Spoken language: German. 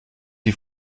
die